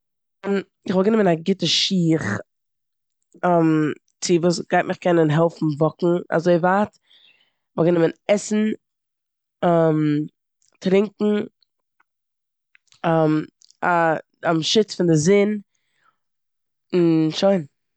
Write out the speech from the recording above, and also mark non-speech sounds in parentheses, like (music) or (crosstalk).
מען- כ'וואלט גענומען א גוטע שיך (hesitation) צו וואס גייט מיך קענען העלפן וואקן אזוי ווייט, כ'וואלט גענומען עסן, (hesitation) טרונקען, (hesitation) א (hesitation) שוץ פון די זון, און שוין.